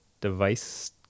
device